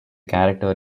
character